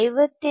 58